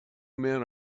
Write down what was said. men